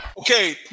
Okay